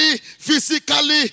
physically